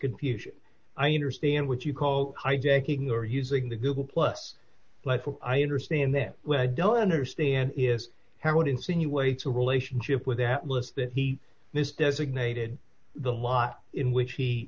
confusion i understand what you call hijacking or using the google plus i understand that well i don't understand how it insinuates a relationship with that list that he this designated the law in which he